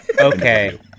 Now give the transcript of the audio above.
Okay